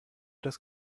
das